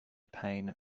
pain